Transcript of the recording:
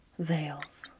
Zales